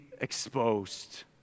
exposed